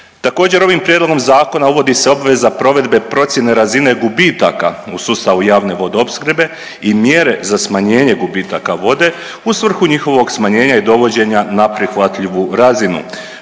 Također ovim prijedlogom zakona uvodi se obveza provedbe procjene razine gubitaka u sustavu javne vodoopskrbe i mjere za smanjenje gubitaka vode u s vrhu njihovog smanjenja i dovođenja na prihvatljivu razinu.